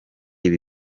ibi